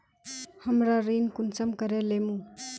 हमरा ऋण कुंसम करे लेमु?